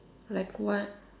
like what